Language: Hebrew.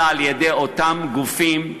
ולהעסיקם על-ידי אותם גופים ממלכתיים,